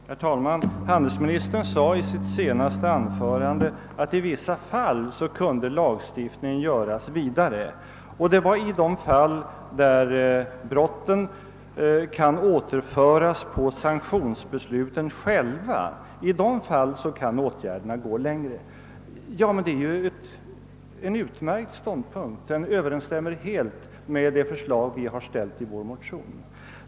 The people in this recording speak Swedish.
Herr talman! Handelsministern sade i sitt senaste anförande att lagen i vissa fall kunde göras vidare, nämligen då brotten kan återföras på sanktionsbesluten själva. I dessa fall skulle alltså åtgärderna kunna sträcka sig längre. Men detta är ju en utmärkt ståndpunkt som helt överensstämmer med det förslag vi ställt i vår motion.